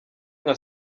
nka